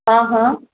हां हां